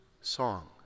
song